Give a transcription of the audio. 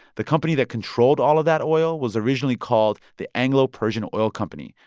the company that controlled all of that oil was originally called the anglo-persian oil company,